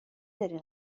داری